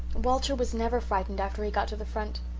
walter was never frightened after he got to the front.